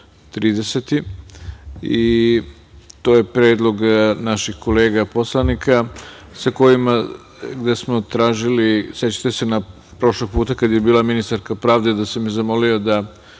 30. mart. To je predlog naših kolega poslanika gde smo tražili, sećate se prošlog puta kada je bila ministarka pravde, da sam je zamolio da